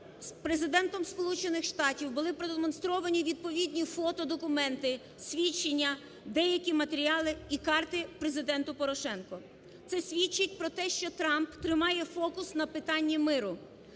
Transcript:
Штатів були продемонстровані відповідні фотодокументи, свідчення, деякі матеріали і карти Президенту Порошенко. Це свідчить про те, що Трамп тримає фокус на питанні миру,